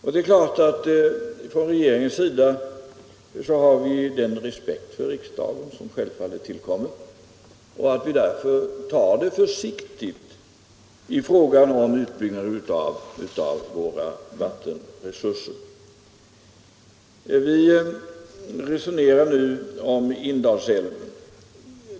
Vi har i regeringen självfallet den respekt för riksdagen som tillkommer denna och tar det därför försiktigt i fråga om utbyggnaden av våra vattenresurser. Vi resonerar nu om Indalsälven.